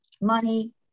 money